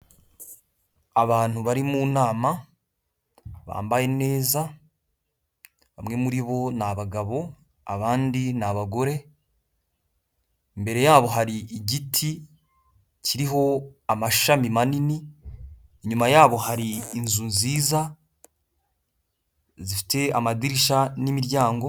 Abantu bari mu nama, bambaye neza, bamwe muri bo ni abagabo, abandi ni abagore, mbere yabo hari igiti kiriho amashami manini, inyuma yabo hari inzu nziza, zifite amadirisha n'imiryango.